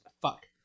fuck